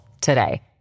today